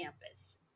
campus